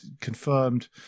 confirmed